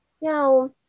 Now